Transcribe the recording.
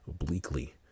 obliquely